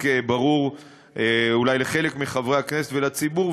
ברור אולי לחלק מחברי הכנסת ולציבור,